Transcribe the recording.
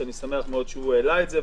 שאני שמח שהעלה את זה,